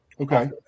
Okay